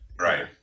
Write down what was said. Right